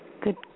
good